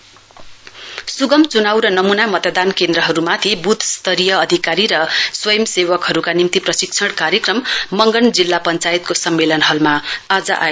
training for B L O सुगम चुनाउ र नमूना मतदान केन्द्रहरुमाथि बुथ स्तरीय अधिकारी र स्वयंसेवकहरुका निम्ति प्रशिक्षण कार्यक्रम मंगन जिल्ला पञ्चायतको सम्मेलन हलमा आज भयो